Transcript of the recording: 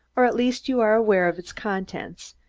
or at least you are aware of its contents,